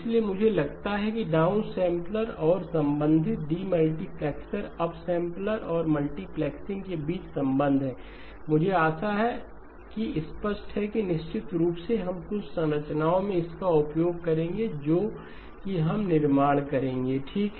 इसलिए मुझे लगता है कि डाउनसैंपलर और संबंधित डीमल्टीप्लेक्सर अपसम्प्लर और मल्टीप्लेक्सिंग के बीच संबंध हैं मुझे आशा है कि स्पष्ट है और निश्चित रूप से हम कुछ संरचनाओं में इसका उपयोग करेंगे जोकि हम निर्माण करेंगे ठीक